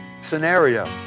scenario